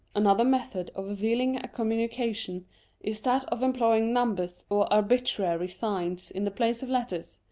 another method of veiling a communication is that of employing numbers or arbitrary signs in the place of letters,